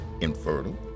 infertile